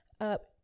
up